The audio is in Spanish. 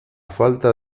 falta